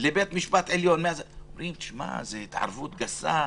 לבית המשפט העליון היו אומרים שזאת התערבות גסה,